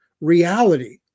reality